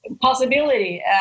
possibility